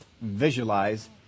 visualize